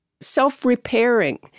self-repairing